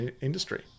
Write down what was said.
industry